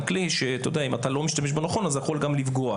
גם כלי שאם אתה לא משתמש בו נכון אז יכול גם לפגוע.